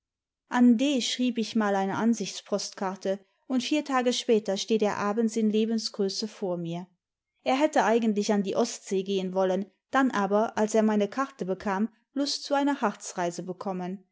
an d schrieb ich mal eine ansichtspostkarte und vier tage später steht er abends in lebensgröße vor mir er hätte eigentlich an die ostsee gehen wollen dann aber als er meine karte bekam lust zu einer harzreise bekonmien